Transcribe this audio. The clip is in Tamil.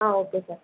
ah okay sir